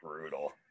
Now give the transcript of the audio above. brutal